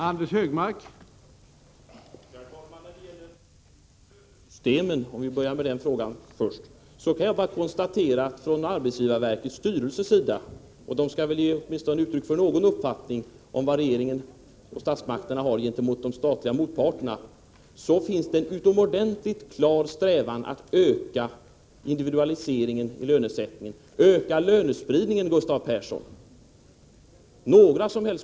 Herr talman! När det gäller lönesystemen, för att ta den frågan först, kan jag bara konstatera att arbetsgivarverkets styrelse väl borde kunna ge uttryck för någon uppfattning om vad statsmakterna har att erbjuda motparterna på det statliga området. Där finns en utomordentligt klar strävan att öka individualiseringen i lönesättningen — att öka lönespridningen, Gustav Persson!